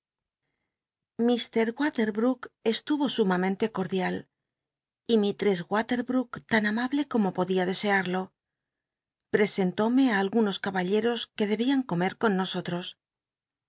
waterbrook estuvo sumamente cordial y mistcss walerbrook tan amable como podía ele scarlo prcscntómc á algunos caballeros que debían comer con nosotros